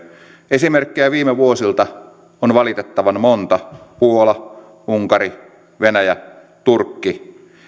esimerkkejä viime vuosilta on valitettavan monta puola unkari venäjä turkki